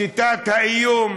שיטת האיום.